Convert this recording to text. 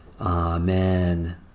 Amen